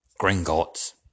Gringotts